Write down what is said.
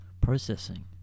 processing